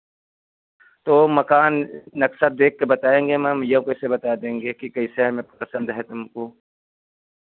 तो मकान नक्शा देख के बताएँगे मैम ये कैसे बता देंगे कि कैसे हमें पसंद है तुमको